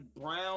brown